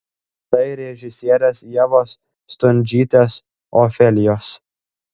tai režisierės ievos stundžytės ofelijos